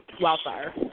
Wildfire